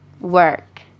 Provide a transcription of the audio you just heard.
work